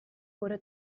wurde